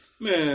Man